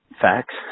facts